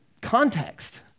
context